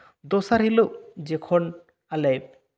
ᱫᱚᱥᱟᱨ ᱦᱤᱞᱳᱜ ᱡᱚᱠᱷᱚᱱ ᱟᱞᱮ